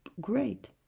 great